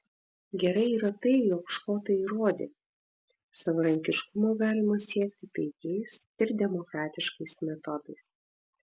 gerai yra tai jog škotai įrodė savarankiškumo galima siekti taikiais ir demokratiškais metodais